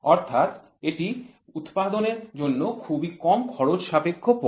অর্থাৎ এটি উৎপাদনের জন্য খুবই কম খরচসাপেক্ষ পথ